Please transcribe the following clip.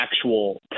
actual